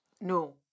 No